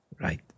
Right